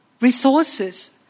resources